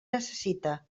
necessita